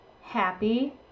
happy